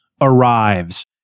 arrives